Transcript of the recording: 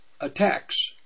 attacks